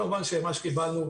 כמובן שמה שקיבלנו,